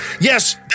Yes